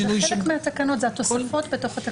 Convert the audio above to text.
זה חלק מהתקנות, זה התוספות בתוך התקנות.